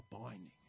binding